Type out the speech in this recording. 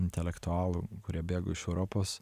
intelektualų kurie bėgo iš europos